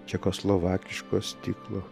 čekoslovakiško stiklo